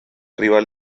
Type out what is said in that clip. rival